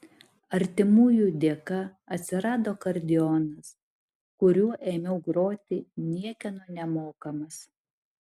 artimųjų dėka atsirado akordeonas kuriuo ėmiau groti niekieno nemokomas